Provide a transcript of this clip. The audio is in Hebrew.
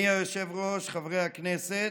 אדוני היושב-ראש, חברי הכנסת,